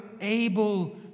able